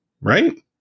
right